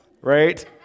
right